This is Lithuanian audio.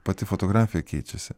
pati fotografija keičiasi